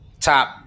top